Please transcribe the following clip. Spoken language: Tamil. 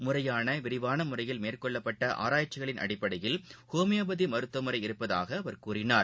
முறையான விரிவான முறையில் மேற்கொள்ளப்பட்ட ஆராய்ச்சிகளின் அடிப்படையில் ஹோமியோபதி மருத்துவமுறை உள்ளதாக அவர் கூறினார்